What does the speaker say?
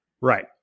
Right